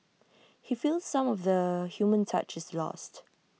he feels some of the human touch is lost